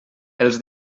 els